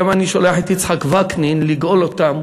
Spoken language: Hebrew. למה אם אני שולח את יצחק וקנין לגאול אותם,